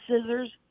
scissors